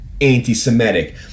anti-Semitic